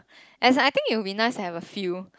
and it's like I think it will be nice to have a field